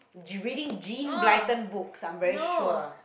you reading Jean-Blyton books I'm sure